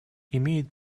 имеет